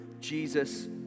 Jesus